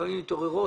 שלפעמים מתעוררות,